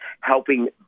helping